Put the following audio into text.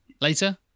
Later